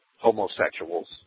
homosexuals